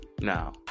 Now